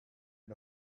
and